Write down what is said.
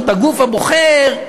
בגוף הבוחר,